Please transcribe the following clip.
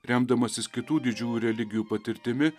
remdamasis kitų didžiųjų religijų patirtimi